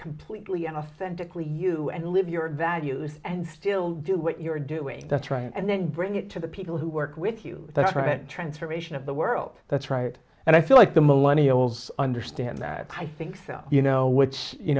you and live your values and still do what you're doing that's right and then bring it to the people who work with you that transformation of the world that's right and i feel like the millennium goals understand that i think so you know which you